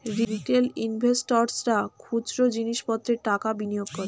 retail ইনভেস্টর্সরা খুচরো জিনিস পত্রে টাকা বিনিয়োগ করে